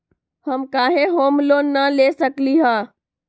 हम काहे home loan न ले सकली ह?